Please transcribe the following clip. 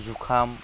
जुखाम